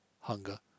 hunger